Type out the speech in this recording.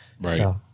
Right